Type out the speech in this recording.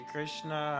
Krishna